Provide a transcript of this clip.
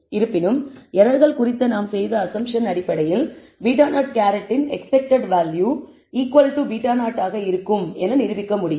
இருப்பினும் எரர்கள் குறித்து நாம் செய்த அஸம்ப்ஷன் அடிப்படையில் β̂₀ இன் எக்ஸ்பெக்டெட் வேல்யூ β0 ஆக இருக்கும் என நிரூபிக்க முடியும்